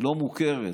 לא מוכרת,